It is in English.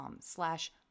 slash